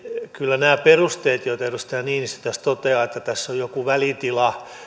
kyllä nämä perusteet joita edustaja niinistö tässä toteaa että tässä on joku välitila